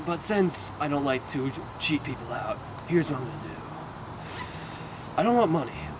but since i don't like to cheat people out here's what i don't have money